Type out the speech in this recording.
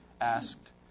asked